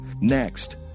Next